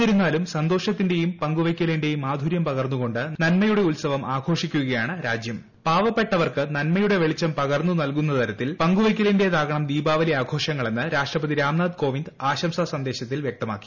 എന്നിരുന്നാലും സന്തോഷത്തിന്റെയും പങ്കുവെക്കലിന്റെയും മാധുരൃം പകർന്നുകൊണ്ട് നന്മയുടെ ഉത്സവം ആഘോഷിക്കു കയാണ് രാജ്യം പ്ലാവപ്പെട്ടവർക്ക് നന്മ യുടെ വെളിച്ചും പകർന്നു നൽകുന്ന് തിർത്തിൽ പങ്കുവെയ്ക്കലി ന്റേതാകണം ദീപാവലി ആഘോഷങ്ങള്ളെന്ന് രാഷ്ടപതി രാംനാഥ് കോവിന്ദ് ആശംസാ സന്ദേശത്തിൽ വ്യക്തമാക്കി